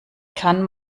kann